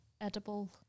edible